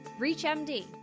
ReachMD